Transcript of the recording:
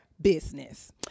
Business